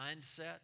mindset